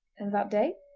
and that day,